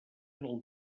del